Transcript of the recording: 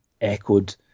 echoed